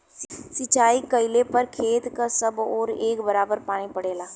सिंचाई कइले पर खेत क सब ओर एक बराबर पानी पड़ेला